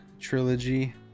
trilogy